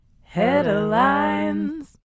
Headlines